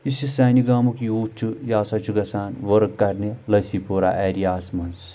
یُس یہِ سانہِ گامُک یوٗتھ چھُ یہِ ہسا چھُ گژھان ؤرٕک کرنہِ لسی پورہ ایریاہس منٛز